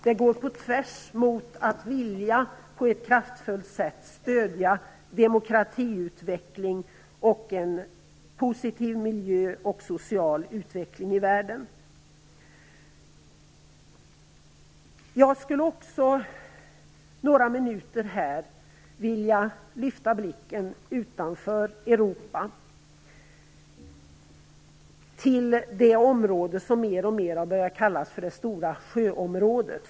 Det går på tvärs med viljan att på ett kraftfullt sätt stödja demokratiutveckling samt en positiv miljö och en social utveckling i världen. Jag skulle också några minuter vilja lyfta blicken utanför Europa och rikta den mot det område som allt oftare kallas för Det stora sjöområdet.